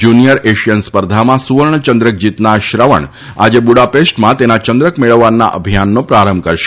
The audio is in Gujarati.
જુનિયર એશિયન સ્પર્ધામાં સુવર્ણચંદ્રક જીતનાર શ્રવણ આજે બુડાપેસ્ટમાં તેના ચંદ્રક મેળવવાના અભિયાનનો પ્રારંભ કરશે